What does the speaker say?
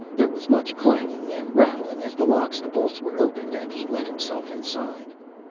there was much clanking and rattling as the locks and bolts were opened and he let himself inside.